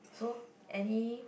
so any